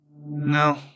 No